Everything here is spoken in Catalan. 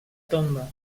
tomba